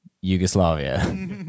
Yugoslavia